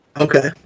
Okay